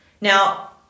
now